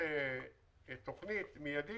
הם מניבים תשואה נטו עודפת משמעותית לחוסך.